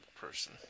person